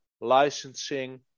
licensing